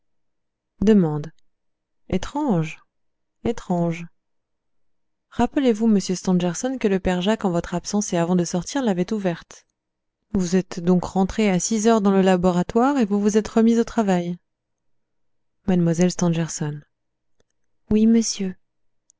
étrange étrange rappelez-vous monsieur stangerson que le père jacques en votre absence et avant de sortir l'avait ouverte vous êtes donc rentrés à six heures dans le laboratoire et vous vous êtes remis au travail mlle stangerson oui monsieur